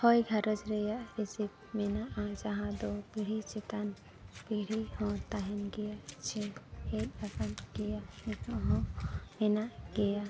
ᱦᱳᱭ ᱜᱷᱟᱨᱚᱸᱡᱽ ᱨᱮᱭᱟᱜ ᱢᱮᱱᱟᱜᱼᱟ ᱡᱟᱦᱟᱸ ᱫᱚ ᱯᱤᱲᱦᱤ ᱪᱮᱛᱟᱱ ᱯᱤᱲᱦᱤ ᱦᱚᱸ ᱛᱟᱦᱮᱱ ᱜᱮᱭᱟ ᱥᱮ ᱦᱮᱡ ᱟᱠᱟᱱ ᱱᱤᱛᱚᱜ ᱦᱚᱸ ᱢᱮᱱᱟᱜ ᱜᱮᱭᱟ